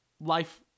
life